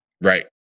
right